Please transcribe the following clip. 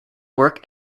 work